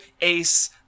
Ace